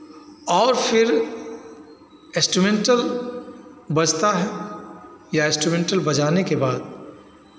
और फिर स्ट्रूमेंटल बजता है या स्ट्रूमेंटल बजाने के बाद